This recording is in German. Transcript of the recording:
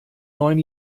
neun